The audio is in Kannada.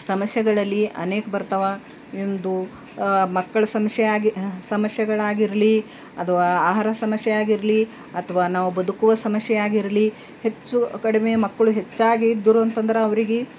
ಸಮಸ್ಯೆಗಳಲ್ಲಿ ಅನೇಕ ಬರ್ತಾವೆ ಇಂದು ಮಕ್ಕಳ ಸಮಸ್ಯೆಯಾಗಿ ಸಮಸ್ಯೆಗಳಾಗಿರ್ಲಿ ಅಥ್ವಾ ಆಹಾರ ಸಮಸ್ಯೆಯಾಗಿರ್ಲಿ ಅಥ್ವಾ ನಾವು ಬದುಕುವ ಸಮಸ್ಯೆಯಾಗಿರ್ಲಿ ಹೆಚ್ಚು ಅಕಡಮಿಯ ಮಕ್ಕಳು ಹೆಚ್ಚಾಗಿ ದೂರು ಅಂತಂದ್ರೆ ಅವ್ರಿಗೆ